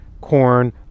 corn